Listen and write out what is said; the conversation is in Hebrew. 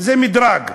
זה מדרג.